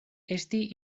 esti